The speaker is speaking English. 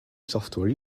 software